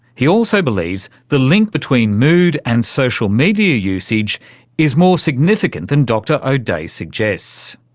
he also believes the link between mood and social media usage is more significant than dr o'dea suggests.